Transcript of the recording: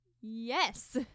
Yes